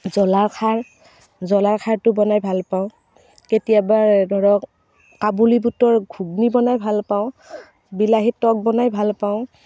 জ্বলাৰ খাৰ জ্বলাৰ খাৰটো বনাই ভাল পাওঁ কেতিয়াবাৰ ধৰক কাবুলি বুটৰ ঘুগনী বনাই ভাল পাওঁ বিলাহীৰ টক বনাই ভাল পাওঁ